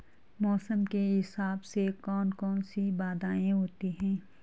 मौसम के हिसाब से कौन कौन सी बाधाएं होती हैं?